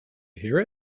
hear